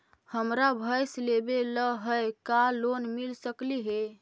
हमरा भैस लेबे ल है का लोन मिल सकले हे?